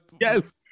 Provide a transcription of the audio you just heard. yes